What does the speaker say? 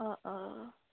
অঁ অঁ